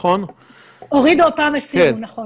חלקן